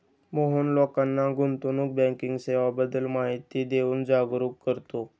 मोहन लोकांना गुंतवणूक बँकिंग सेवांबद्दल माहिती देऊन जागरुक करतो